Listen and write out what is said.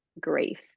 grief